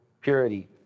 purity